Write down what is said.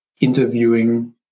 interviewing